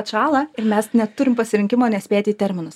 atšąla ir mes neturim pasirinkimo nespėti į terminus